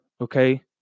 okay